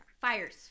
fires